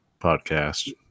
podcast